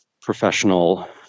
professional